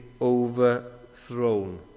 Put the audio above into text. overthrown